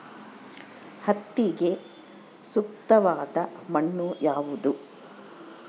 ಹತ್ತಿಗೆ ಸೂಕ್ತವಾದ ಮಣ್ಣು ಯಾವುದು?